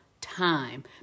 time